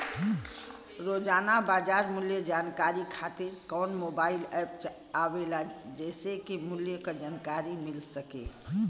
रोजाना बाजार मूल्य जानकारी खातीर कवन मोबाइल ऐप आवेला जेसे के मूल्य क जानकारी मिल सके?